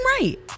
right